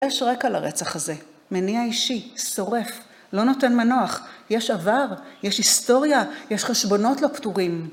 יש רקע לרצח הזה, מניע אישי, שורף, לא נותן מנוח, יש עבר, יש היסטוריה, יש חשבונות לא פתורים.